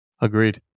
Agreed